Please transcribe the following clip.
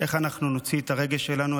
איך אנחנו נוציא את הרגש שלנו?